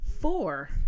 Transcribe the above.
four